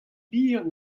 bihan